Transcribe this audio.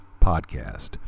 Podcast